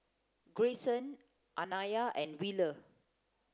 Grayson Anaya and Wheeler